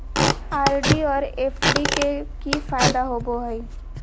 RD और FD के की फायदा होबो हइ?